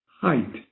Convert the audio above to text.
height